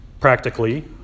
Practically